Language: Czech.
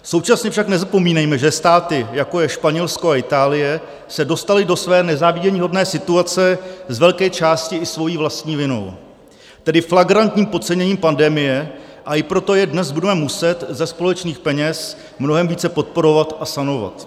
Současně však nezapomínejme, že státy, jako je Španělsko a Itálie, se dostaly do své nezáviděníhodné situace z velké části i svou vlastní vinou, tedy flagrantním podceněním pandemie, a i proto je dnes budeme muset ze společných peněz mnohem více podporovat a sanovat.